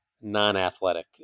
non-athletic